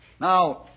Now